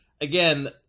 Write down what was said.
again